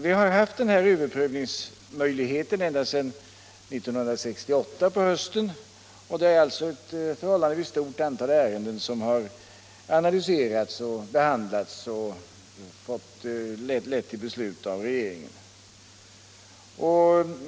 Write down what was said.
Vi har haft denna överprövningsmöjlighet ända sedan hösten 1968, och ett förhållandevis stort antal ärenden har alltså sedan dess analyserats, behandlats och lett till beslut av regeringen.